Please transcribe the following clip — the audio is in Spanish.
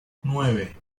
nueve